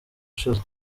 ushize